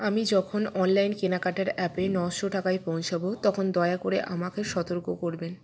আমি যখন অনলাইন কেনাকাটার অ্যাপে নশো টাকায় পৌঁছোবো তখন দয়া করে আমাকে সতর্ক করবেন